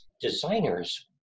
designers